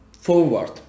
forward